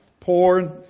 Poor